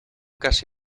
casi